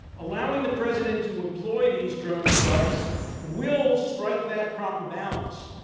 allowing the president to employ these drone strikes will strike that proper balance.